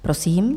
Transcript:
Prosím.